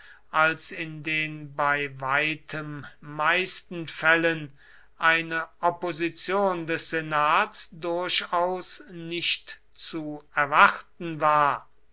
als in den bei weitem meisten fällen eine opposition des senats durchaus nicht zu erwarten war